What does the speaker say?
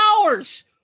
hours